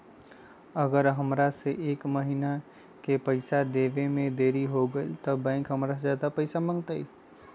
अगर हमरा से एक महीना के पैसा देवे में देरी होगलइ तब बैंक हमरा से ज्यादा पैसा मंगतइ?